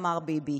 אמר ביבי,